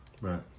Right